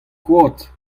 koad